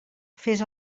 fes